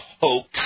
hoax